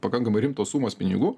pakankamai rimtos sumos pinigų